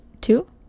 two